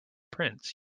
prince